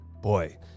Boy